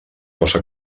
cosa